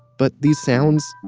but these sounds,